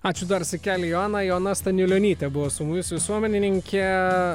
ačiū dar sykelį joana staniulionytė buvo su mumis visuomenininke